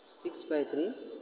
six five three